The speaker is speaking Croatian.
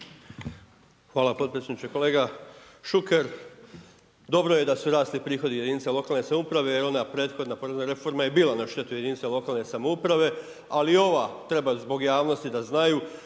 Hvala potpredsjedniče. Kolega Šuker, dobro je da su rasli prihodi od jedinica lokalne samouprave jer ona prethodna porezna reforma je bila na štetu jedinice lokalne samouprave, ali ova treba zbog javnosti da znaju